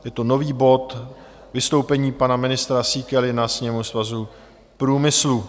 Je to nový bod Vystoupení pana ministra Síkely na sněmu Svazu průmyslu.